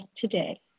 today